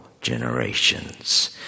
generations